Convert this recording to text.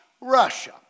Russia